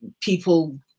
people